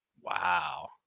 Wow